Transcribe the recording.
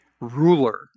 ruler